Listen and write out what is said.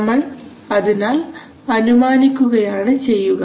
നമ്മൾ അതിനാൽ അനുമാനിക്കുകയാണ് ചെയ്യുക